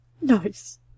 Nice